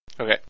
Okay